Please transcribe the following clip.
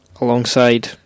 alongside